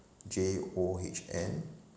J O H N